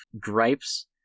gripes